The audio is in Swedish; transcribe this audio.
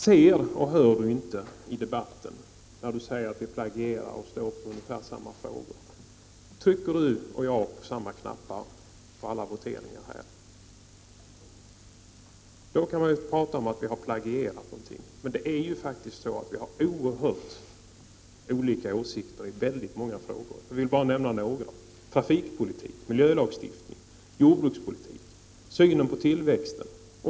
Ser och hör Bertil Fiskesjö ingenting i debatten, eftersom han säger att vi plagierar centern och står för ungefär samma frågor? Trycker Bertil Fiskesjö och jag på samma knappar i alla voteringar? Då skulle man ju kunna prata om att vi hade plagierat någonting, men det är faktiskt så att vi har oerhört olika åsikter i väldigt många frågor. Jag vill bara nämna några: trafikpolitik, miljölagstiftning, jordbrukspolitik och synen på tillväxt.